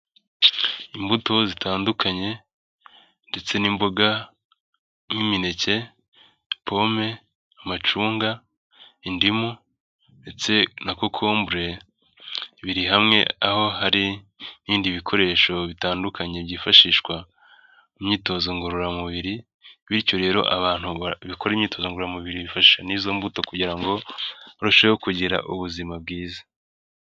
Imbuto zitandukanye ndetse n'imboga nk'imineke, pome, amacunga, indimu ndetse na kokombure biri hamwe, aho hari n'ibindi bikoresho bitandukanye byifashishwa mu myitozo ngororamubiri, bityo rero abantu bakora imyitozo ngororamubiri bifashisha n'izo mbuto kugira ngo barusheho kugira ubuzima bwiza.